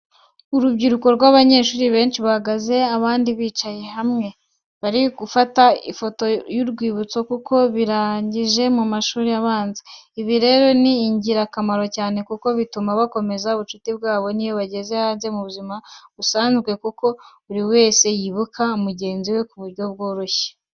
Urubyiruko rw'abanyeshuri benshi bahagaze abandi bicaye hamwe, bari gufata ifoto y'urwibutso kuko barangije amashuri abanza. Ibi rero ni ingirakamaro cyane kuko bituma bakomeza ubucuti bwabo n'iyo bageze hanze mu buzima busanzwe kuko buri wese yibuka mugenzi ku buryo bworoshye.